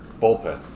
Bullpen